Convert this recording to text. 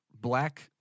black